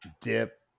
dip